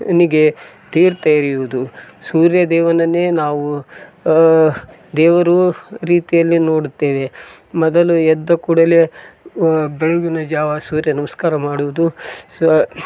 ನಿಗೆ ತೀರ್ಥ ಎರೆಯುವುದು ಸೂರ್ಯ ದೇವನನ್ನೇ ನಾವು ದೇವರು ರೀತಿಯಲ್ಲಿ ನೋಡುತ್ತೇವೆ ಮೊದಲು ಎದ್ದ ಕೂಡಲೇ ಬೆಳಗ್ಗಿನ ಜಾವ ಸೂರ್ಯ ನಮಸ್ಕಾರ ಮಾಡುವುದು ಸಾ